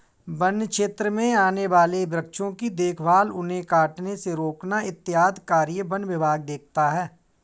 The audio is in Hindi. वन्य क्षेत्र में आने वाले वृक्षों की देखभाल उन्हें कटने से रोकना इत्यादि कार्य वन विभाग देखता है